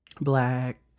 black